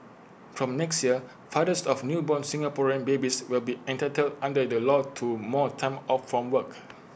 from next year fathers of newborn Singaporean babies will be entitled under the law to more time off from work